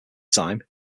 time